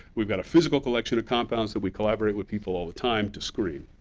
we've got a physical collection of compounds that we collaborate with people all the time to screen.